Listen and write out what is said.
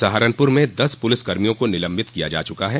सहारनपुर में दस पुलिसकर्मियों को निलंबित किया जा चुका है